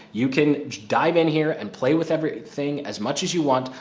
you can dive in here and play with everything as much as you want,